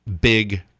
big